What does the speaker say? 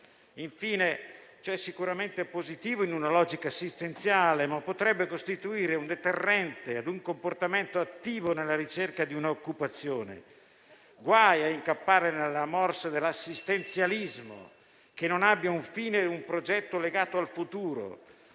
Infine, ciò è sicuramente positivo in una logica assistenziale, ma potrebbe costituire un deterrente ad un comportamento attivo nella ricerca di una occupazione: guai ad incappare nella morsa dell'assistenzialismo che non abbia un fine e un progetto legato al futuro.